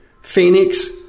Phoenix